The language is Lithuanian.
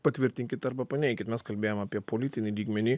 patvirtinkit arba paneikit mes kalbėjom apie politinį lygmenį